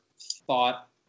thought